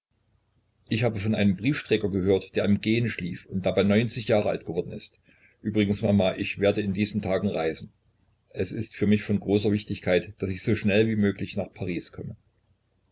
ich habe von einem briefträger gehört der im gehen schlief und dabei jahre alt geworden ist übrigens mama ich werde in diesen tagen reisen es ist für mich von großer wichtigkeit daß ich so schnell wie möglich nach paris komme